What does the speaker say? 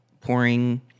pouring